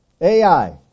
Ai